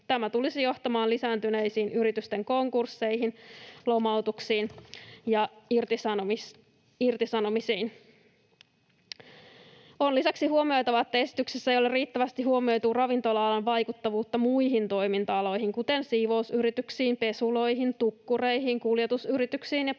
Tämä tulisi johtamaan lisääntyneisiin yritysten konkursseihin, lomautuksiin ja irtisanomisiin. On lisäksi huomioitava, että esityksessä ei ole riittävästi huomioitu ravintola-alan vaikuttavuutta muihin toiminta-aloihin, kuten siivousyrityksiin, pesuloihin, tukkureihin, kuljetusyrityksiin ja pientuottajiin.